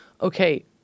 Okay